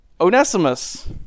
Onesimus